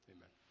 Amen